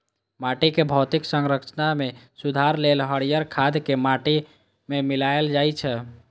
माटिक भौतिक संरचना मे सुधार लेल हरियर खाद कें माटि मे मिलाएल जाइ छै